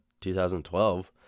2012